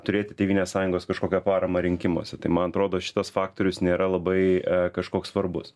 turėti tėvynės sąjungos kažkokią paramą rinkimuose tai man atrodo šitas faktorius nėra labai kažkoks svarbus